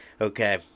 Okay